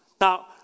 Now